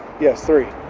yes, three.